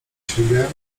siebie